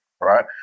right